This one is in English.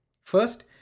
First